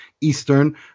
Eastern